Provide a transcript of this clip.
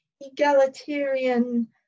egalitarian